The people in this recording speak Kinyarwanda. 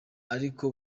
ariko